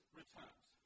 returns